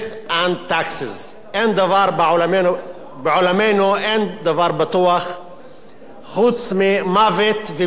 taxes" בעולמנו אין דבר בטוח חוץ ממוות ומסים.